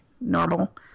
normal